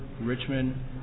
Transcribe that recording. richmond